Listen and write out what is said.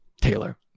Taylor